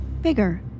bigger